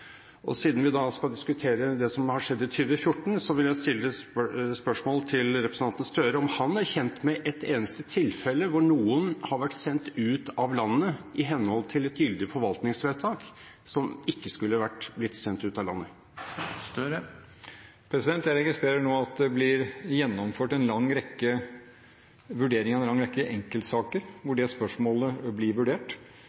og siden vi skal diskutere det som har skjedd i 2014, vil jeg stille spørsmål til representanten Støre om han er kjent med et eneste tilfelle hvor noen har vært sendt ut av landet i henhold til et gyldig forvaltningsvedtak, som ikke skulle vært sendt ut av landet. Jeg registrerer nå at det blir gjennomført vurderinger av en lang rekke enkeltsaker hvor det spørsmålet blir